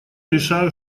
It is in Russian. решаю